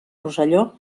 rosselló